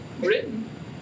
written